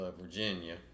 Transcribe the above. Virginia